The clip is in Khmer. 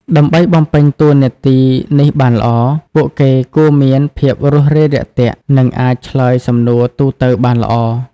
ដើម្បីបំពេញតួនាទីនេះបានល្អ ពួកគេគួរមាន ភាពរួសរាយរាក់ទាក់ និងអាច ឆ្លើយសំណួរទូទៅបានល្អ។